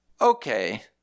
Okay